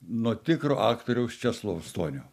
nuo tikro aktoriaus česlovo stonio